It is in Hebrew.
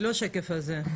זה לא השקף הזה.